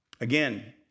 Again